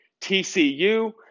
TCU